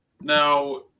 Now